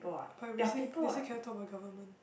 but if we say they say cannot talk about government